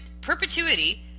perpetuity